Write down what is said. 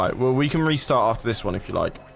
right. well, we can restart off this one if you like.